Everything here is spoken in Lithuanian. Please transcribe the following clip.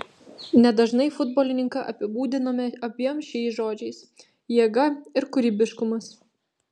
nedažnai futbolininką apibūdiname abiem šiais žodžiais jėga ir kūrybiškumas